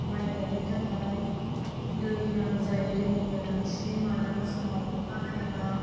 माय गायनो थाखाय दै नांगौ जायो दैनि गोनांथि माब्लाबा समाव अखा हायाबा